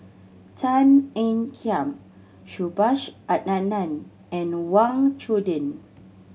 Tan Ean Kiam Subhas Anandan and Wang Chunde